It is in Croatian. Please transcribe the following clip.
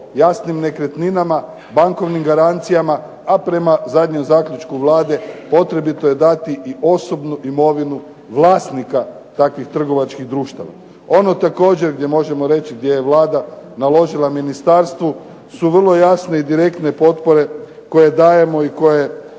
jasnim nekretninama, bankovnim garancijama, a prema zadnjem zaključku Vlade potrebito je dati i osobitu imovinu vlasnika takvih trgovačkih društava. Ono također što možemo reći gdje je Vlada naložila ministarstvu su vrlo jasne i konkretne potpore koje dajemo i koje